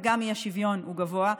וגם האי-שוויון הוא גבוה,